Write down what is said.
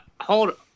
Hold